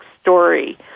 story